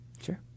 Sure